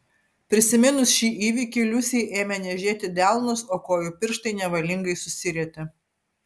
prisiminus šį įvykį liusei ėmė niežėti delnus o kojų pirštai nevalingai susirietė